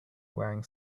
wearing